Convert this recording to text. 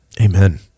Amen